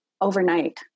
Overnight